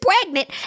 pregnant